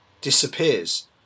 disappears